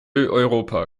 europa